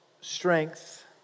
strength